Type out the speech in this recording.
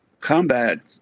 Combat